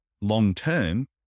long-term